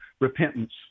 repentance